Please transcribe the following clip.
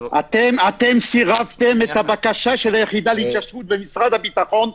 אתם סירבתם לבקשה של היחידה להתיישבות במשרד הביטחון.